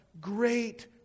great